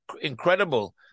incredible